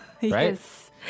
Yes